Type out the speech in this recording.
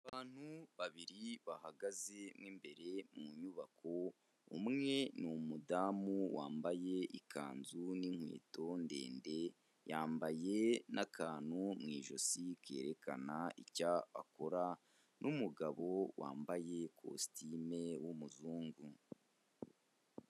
Abantu babiri bahagaze mo imbere m nyubako, umwe ni umudamu wambaye ikanzu n'inkweto ndende, yambaye n'akantu mu ijosi kerekana icya akora n'umugabo wambaye kositime w'umuzungu.